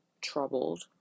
troubled